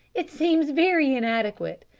it seems very inadequate.